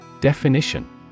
Definition